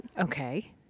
Okay